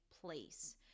place